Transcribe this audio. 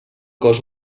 cos